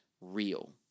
real